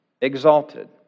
exalted